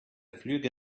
flüge